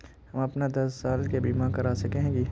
हम अपन दस साल के बीमा करा सके है की?